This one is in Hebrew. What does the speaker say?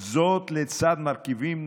הציבור חייב לקבל דין וחשבון, הציבור לא מטומטם.